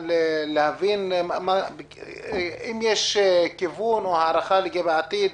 להבין אם יש כיוון או הערכה לגבי העתיד: